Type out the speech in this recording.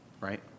right